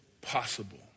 possible